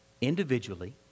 Individually